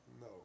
No